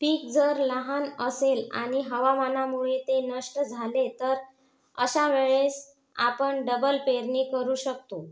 पीक जर लहान असेल आणि हवामानामुळे ते नष्ट झाले तर अशा वेळेस आपण डबल पेरणी करू शकतो